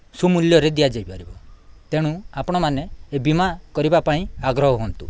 ସୁମୂଲ୍ୟରେ ଦିଆଯାଇପାରିବ ତେଣୁ ଆପଣମାନେ ଏ ବୀମା କରିବା ପାଇଁ ଆଗ୍ରହ ହୁଅନ୍ତୁ